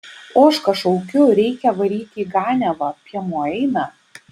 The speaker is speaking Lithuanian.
ožką šaukiu reikia varyti į ganiavą piemuo eina